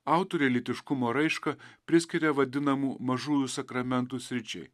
autorė lytiškumo raišką priskiria vadinamų mažųjų sakramentų sričiai